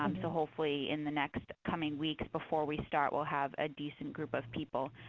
um so hopefully, in the next coming weeks before we start, we'll have a decent group of people,